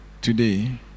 today